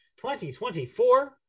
2024